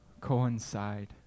coincide